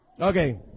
okay